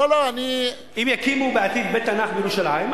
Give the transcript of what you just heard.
אם יקימו בעתיד בית תנ"ך בירושלים,